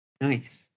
Nice